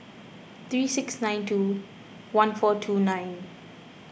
three six nine two one four two nine